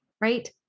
right